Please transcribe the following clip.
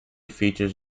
features